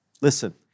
Listen